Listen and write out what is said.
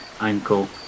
ankle